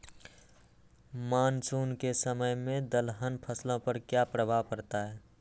Monsoon के समय में दलहन फसलो पर क्या प्रभाव पड़ता हैँ?